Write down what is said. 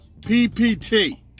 PPT